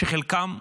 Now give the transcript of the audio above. שחלקם נפלו,